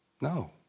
No